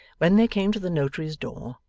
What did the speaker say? when they came to the notary's door,